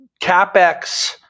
CapEx